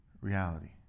reality